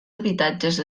habitatges